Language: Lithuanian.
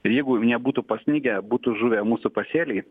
ir jeigu nebūtų pasnigę būtų žuvę mūsų pasėliai